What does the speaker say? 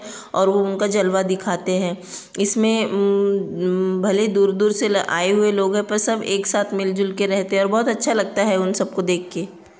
और वह उनका जलवा दिखाते हैं इसमें भले दूर दूर से आये हुए लोग हैं पर सब एक साथ मिल जुल कर रहते हैं और बहुत अच्छा लगता है उन सबको देख कर